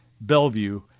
Bellevue